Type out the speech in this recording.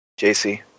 JC